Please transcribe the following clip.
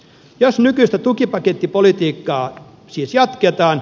jos nykyistä tukipaketti politiikkaa siis jatketaan